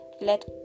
let